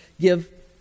give